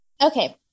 Okay